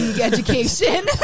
education